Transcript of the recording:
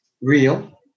real